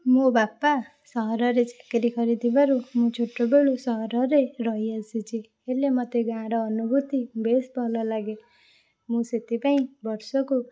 ମୋ ବାପା ସହରରେ ଚାକିରି କରିଥିବାରୁ ମୁଁ ଛୋଟବେଳୁ ସହରରେ ରହି ଆସିଛି ହେଲେ ମତେ ଗାଁର ଅନୁଭୂତି ବେଶ ଭଲ ଲାଗେ ମୁଁ ସେଥିପାଇଁ ବର୍ଷକୁ